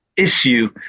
Issue